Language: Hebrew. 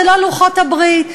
זה לא לוחות הברית,